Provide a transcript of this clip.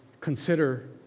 consider